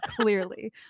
clearly